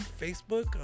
Facebook